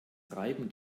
reiben